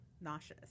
nauseous